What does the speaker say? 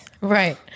right